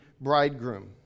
bridegroom